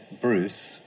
Bruce